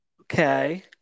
Okay